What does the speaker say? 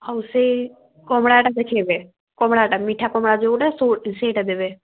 ଆଉ ସେଇ କମଳାଟା ଦେଖେଇବେ କମଳାଟା ମିଠା କମଳା ଯେଉଁଟା ସେଇଟା ଦେବେ